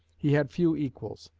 he had few equals.